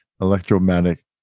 electromagnetic